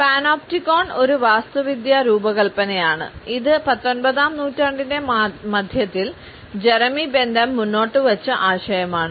panopticon ഒരു വാസ്തുവിദ്യാ രൂപകൽപ്പനയാണ് ഇത് പത്തൊൻപതാം നൂറ്റാണ്ടിന്റെ മധ്യത്തിൽ ജെറമി ബെന്താം മുന്നോട്ടുവച്ച ആശയമാണ്